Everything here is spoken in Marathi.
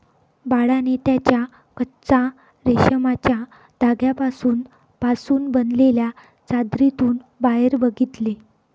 बाळाने त्याच्या कच्चा रेशमाच्या धाग्यांपासून पासून बनलेल्या चादरीतून बाहेर बघितले